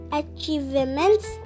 achievements